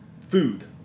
food